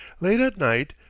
late at night,